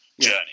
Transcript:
journey